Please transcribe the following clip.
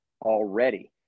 already